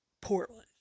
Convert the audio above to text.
Portland